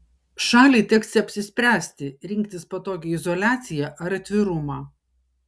šaliai teks apsispręsti rinktis patogią izoliaciją ar atvirumą